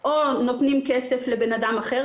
או נותנים כסף לאדם אחר,